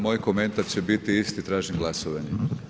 Moj komentar će biti isti, tražim glasovanje.